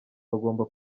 bagomba